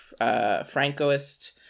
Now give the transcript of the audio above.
Francoist